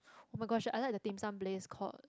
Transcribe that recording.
[oh]-my-gosh I like the Dim Sum place called